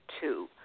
two